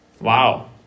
Wow